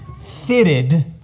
fitted